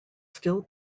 still